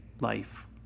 life